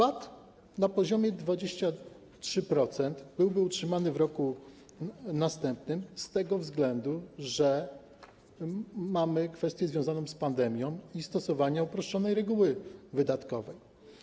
VAT na poziomie 23% byłby utrzymany w roku następnym z tego względu, że mamy kwestię związaną z pandemią i stosowanie uproszczonej reguły wydatkowej.